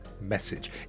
message